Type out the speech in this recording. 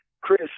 Chris